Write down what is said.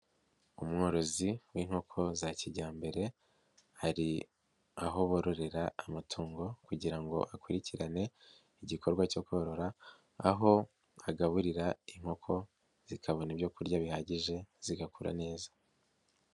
Umworozi w'inkoko za kijyambere, hari aho bororera amatungo kugira ngo akurikirane igikorwa cyo korora, aho agaburira inkoko zikabona ibyo kurya bihagije zigakura neza.